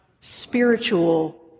spiritual